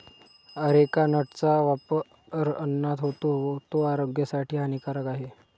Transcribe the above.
areca नटचा वापर अन्नात होतो, तो आरोग्यासाठी हानिकारक आहे